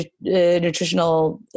nutritional